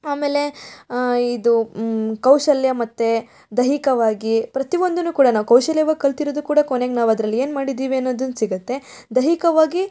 ಆಮೇಲೆ ಇದು ಕೌಶಲ್ಯ ಮತ್ತು ದೈಹಿಕವಾಗಿ ಪ್ರತಿ ಒಂದನ್ನು ಕೂಡ ನಾವು ಕೌಶಲ್ಯವಾಗಿ ಕಲಿತಿರೋದು ಕೂಡ ಕೊನೆಗೆ ನಾವು ಅದ್ರಲ್ಲಿ ಏನು ಮಾಡಿದ್ದೀವಿ ಅನ್ನೋದನ್ನು ಸಿಗುತ್ತೆ ದೈಹಿಕವಾಗಿ